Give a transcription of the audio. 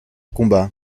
combat